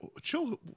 chill